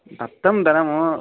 दत्तं धनम्